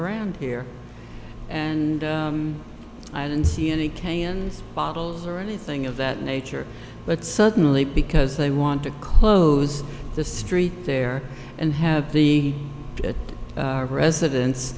around here and i didn't see any canyons bottles or anything of that nature but suddenly because they want to close the street there and have the residen